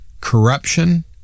corruption